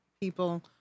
people